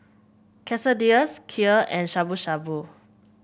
Quesadillas Kheer and Shabu Shabu